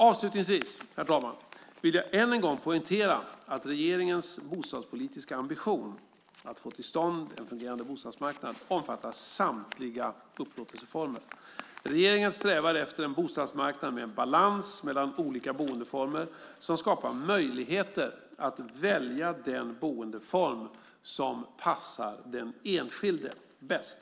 Avslutningsvis, herr talman, vill jag än en gång poängtera att regeringens bostadspolitiska ambition, att få till stånd en fungerande bostadsmarknad, omfattar samtliga upplåtelseformer. Regeringen strävar efter en bostadsmarknad med en balans mellan olika boendeformer som skapar möjligheter att välja den boendeform som passar den enskilde bäst.